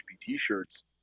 t-shirts